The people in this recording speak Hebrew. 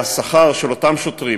והשכר של אותם שוטרים,